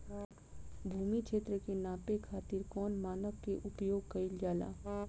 भूमि क्षेत्र के नापे खातिर कौन मानक के उपयोग कइल जाला?